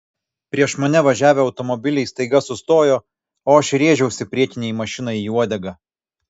prieš mane važiavę automobiliai staiga sustojo o aš rėžiausi priekinei mašinai į uodegą